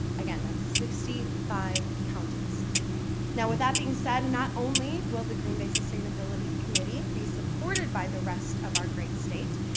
again, that's sixty five counties now with that being said, not only will the green bay sustainability committee be supported by the rest of our great state,